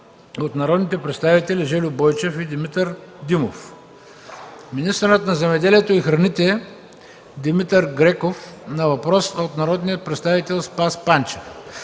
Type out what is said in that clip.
от народните представители Жельо Бойчев и Димитър Димов; - министърът на земеделието и храните Димитър Греков – на въпрос от народния представител Спас Панчев;